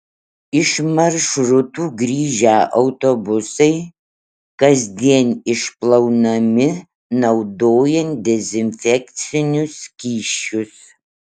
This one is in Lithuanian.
iš maršrutų grįžę autobusai kasdien išplaunami naudojant dezinfekcinius skysčius